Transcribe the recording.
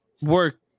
work